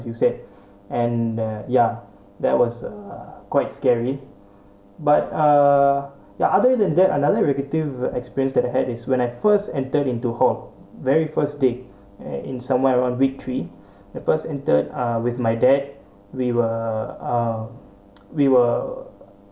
you said and the ya that was a quite scary but uh ya other than that another relative experience that I had is when I first entered into hall very first day and in somewhere around week three the first enter ah with my dad we were uh we were